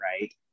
Right